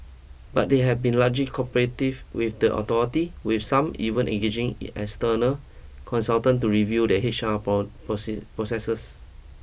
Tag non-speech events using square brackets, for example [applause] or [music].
but they have been largely cooperative with the authority with some even engaging [unintelligible] external consultants to review their H R prawn proceeds processes